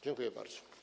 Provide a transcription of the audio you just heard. Dziękuję bardzo.